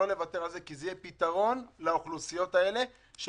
הן הפתרון לתעסוקה של האוכלוסיות האלו.